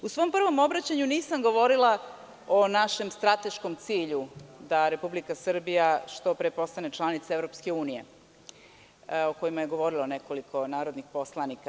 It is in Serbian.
U svom prvom obraćanju nisam govorila o našem strateškom cilju da Republika Srbija što pre postane članica EU, o kojem je govorilo nekoliko narodnih poslanika.